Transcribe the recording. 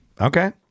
Okay